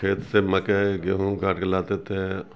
کھیت سے مکئی گیہوں کاٹ کے لاتے تھے